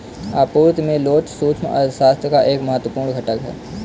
आपूर्ति में लोच सूक्ष्म अर्थशास्त्र का एक महत्वपूर्ण घटक है